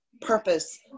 purpose